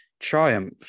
triumph